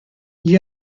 gli